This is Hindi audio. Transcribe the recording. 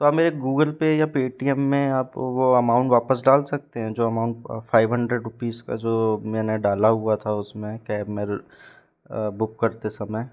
तो आप मेरे गूगल पे या पेटीएम में आप वो अमाउंट वापस डाल सकते हैं जो अमाउंट फाइव हन्डरेड रूपीस का जो मैंने डाला हुआ था उसमें कैब में बुक करते समय